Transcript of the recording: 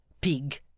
pig